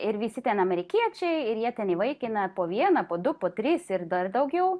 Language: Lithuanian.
ir visi ten amerikiečiaiir jie ten įvaikina po vieną po du po tris ir dar daugiau